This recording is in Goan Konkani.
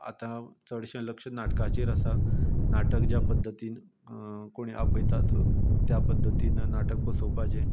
आतां चडशें लक्ष नाटकाचेर आसा नाटक ज्या पध्दतीन कोण आपयतात त्या पध्दतीन नाटक बसोवपाचें किंवां